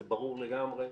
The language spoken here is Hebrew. זה ברור לגמרי,